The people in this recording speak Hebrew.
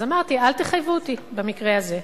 אז אמרתי: אל תחייבו אותי במקרה הזה,